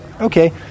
Okay